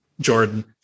Jordan